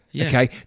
Okay